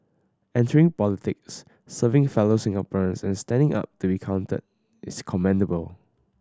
entering politics serving fellow Singaporeans and standing up to be counted is commendable